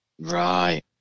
Right